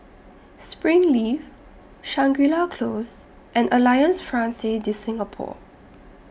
Springleaf Shangri La Close and Alliance Francaise De Singapour